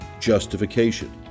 justification